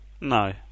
No